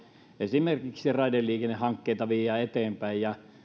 esimerkiksi raideliikennehankkeita viedään eteenpäin